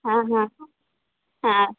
ಹಾಂ ಹಾಂ ಹಾಂ